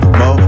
mo